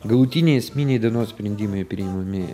galutiniai esminiai dienos sprendimai priimami